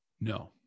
No